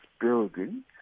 building